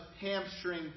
hamstring